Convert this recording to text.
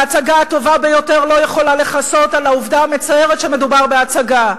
וההצגה הטובה ביותר לא יכולה לכסות על העובדה המצערת שמדובר בהצגה.